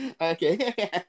okay